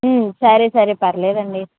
సరే సరే పర్లేదండి